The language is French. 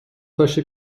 fâché